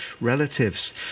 relatives